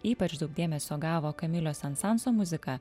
ypač daug dėmesio gavo kamilo sensanso muzika